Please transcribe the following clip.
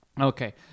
Okay